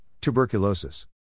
tuberculosis